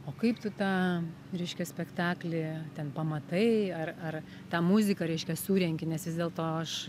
o kaip tu tą reiškia spektakly ten pamatai ar ar tą muziką reiškia surenki nes vis dėlto aš